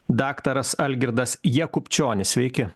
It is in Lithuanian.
daktaras algirdas jakubčionis sveiki